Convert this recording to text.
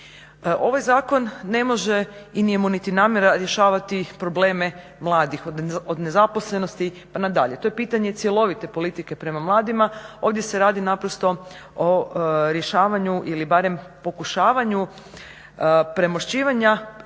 Ovaj zakon ne može i nije mu niti namjera rješavati probleme mladih od nezaposlenosti pa nadalje, to je pitanje cjelovite politike prema mladima, ovdje se radi naprosto o rješavanju ili barem pokušavanju premošćivanja